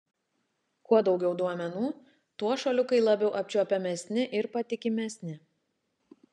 kuo daugiau duomenų tuo šuoliukai labiau apčiuopiamesni ir patikimesni